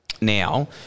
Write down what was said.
now